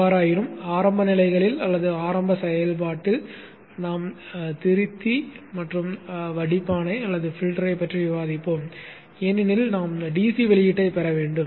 எவ்வாறாயினும் ஆரம்ப நிலைகளில் அல்லது ஆரம்ப செயல்பாட்டில் நாம் திருத்தி மற்றும் வடிப்பானைப் பற்றி விவாதிப்போம் ஏனெனில் நாம் DC வெளியீட்டைப் பெற வேண்டும்